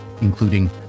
including